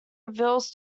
reveals